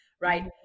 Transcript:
right